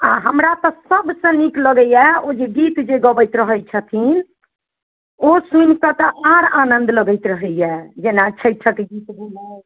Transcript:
आ हमरा तऽ सबसँ नीक लगैया ओ जे गीत जे गबैत रहैत छथिन ओ सुनि कऽ तऽ आर आनन्द अबैत रहैया जेना छठिक गीत भेलै